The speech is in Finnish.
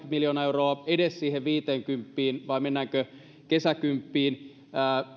miljoonaa euroa edes siihen viiteenkymppiin vai mennäänkö kesäkymppiin